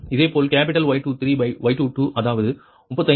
இதேபோல் capital Y23Y22 அதாவது 35